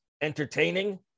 entertaining